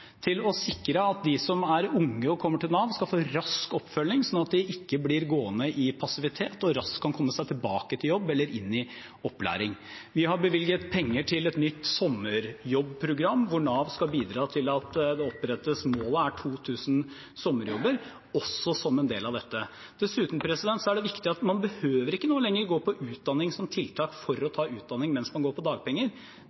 til å sikre at de som er unge og kommer til Nav, skal få rask oppfølging, så de ikke blir gående i passivitet og raskt kan komme seg tilbake til jobb eller inn i opplæring. Vi har bevilget penger til et nytt sommerjobbprogram hvor Nav skal bidra til at det opprettes sommerjobber, og målet er 2 000 sommerjobber – også som en del av dette. Dessuten er det viktig at man ikke lenger behøver å gå på utdanning som tiltak for å